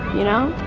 you know.